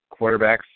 quarterbacks